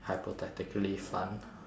hypothetically fun